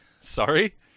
Sorry